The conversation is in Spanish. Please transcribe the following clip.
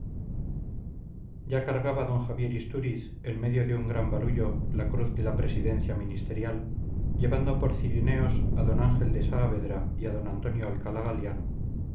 ya cargaba d javier istúriz en medio de un gran barullo la cruz de la presidencia ministerial llevando por cirineos a don ángel de saavedra y a d antonio alcalá galiano